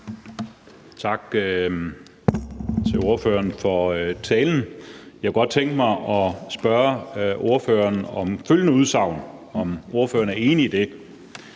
Tak til ordføreren for talen. Jeg kunne godt tænke mig at spørge ordføreren, om ordføreren er enig i